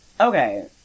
Okay